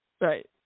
Right